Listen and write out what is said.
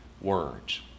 words